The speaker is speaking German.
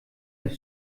des